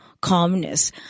calmness